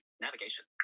Navigation